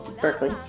Berkeley